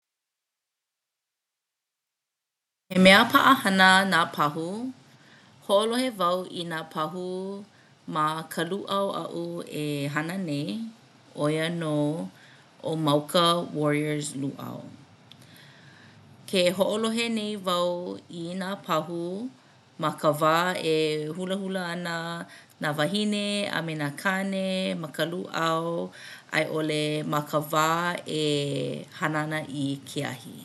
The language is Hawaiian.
He mea paʻahana nā pahu. Hoʻolohe wau i nā pahu ma ka lūʻau aʻu e hana nei ʻo ia nō ʻo Mauka Warriors Lūʻau. Ke hoʻolohe nei wau i nā pahu ma ka wā e hulahula ana nā wahine a me nā kāne ma ka lūʻau a i ʻole ma ka wā e hana ana i ke ahi.